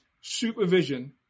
Supervision